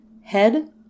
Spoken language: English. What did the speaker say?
head